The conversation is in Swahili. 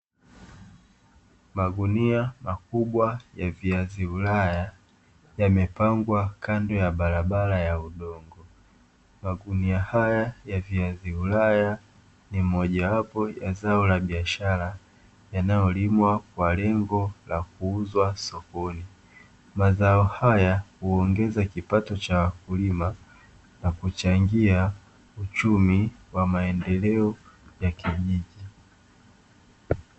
Magunia makubwa ya viazi ulaya yamepangwa kando ya barabara ya udongo, magunia haya ya viazi ulaya ni moja wapo wa zao la biashara yanayolimwa kwa lengo la kuuzwa sokoni, mazao haya huongeza kipato cha wakulima na kuchangia uchumi wa maendeleo ya kijiji.